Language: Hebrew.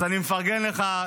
אז אני מפרגן לך,